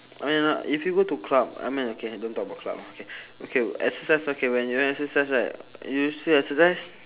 I mean uh if you go to club I mean okay don't talk about club okay okay exercise okay when you exercise right you still exercise